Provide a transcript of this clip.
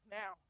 now